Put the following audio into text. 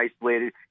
isolated